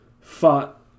fought